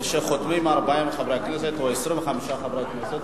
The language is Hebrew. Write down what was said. כשחותמים 40 חברי כנסת או 25 חברי כנסת,